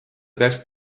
peaksid